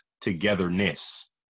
togetherness